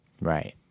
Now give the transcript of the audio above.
Right